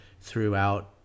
throughout